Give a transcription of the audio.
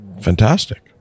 fantastic